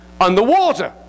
underwater